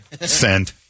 Send